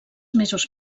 mesos